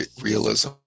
realism